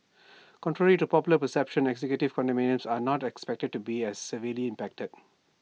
contrary to popular perceptions executive condominiums are not expected to be as severely impacted